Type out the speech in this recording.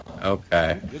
Okay